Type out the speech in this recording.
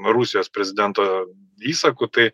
rusijos prezidento įsaku tai